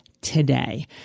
today